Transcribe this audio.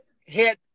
hit